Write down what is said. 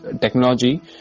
technology